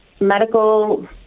medical